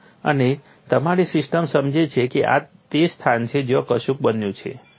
એ અને તમારી સિસ્ટમ સમજે છે કે આ તે સ્થાન છે જ્યાં કશુંક બન્યું છે